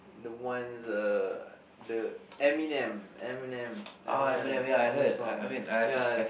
the ones uh the Eminem Eminem Eminem new songs ya